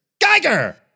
Geiger